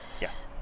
Yes